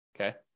Okay